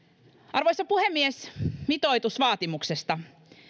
arvoisa puhemies mitoitusvaatimuksesta